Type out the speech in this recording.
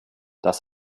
das